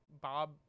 Bob